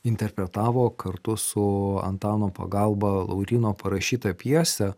interpretavo kartu su antano pagalba lauryno parašytą pjesę